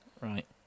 Right